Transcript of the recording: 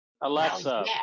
Alexa